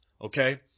okay